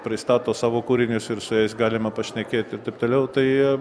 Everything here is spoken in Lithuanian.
pristato savo kūrinius ir su jais galima pašnekėti ir taip toliau tai